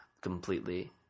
completely